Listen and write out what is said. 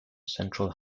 central